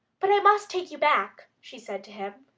but i must take you back, she said to him,